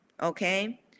okay